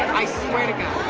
i swear to god.